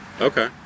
Okay